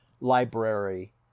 Library